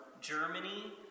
Germany